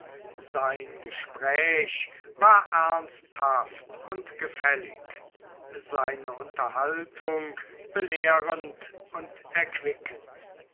sein gespräch war ernsthaft und gefällig seine unterhaltung belehrend und erquickend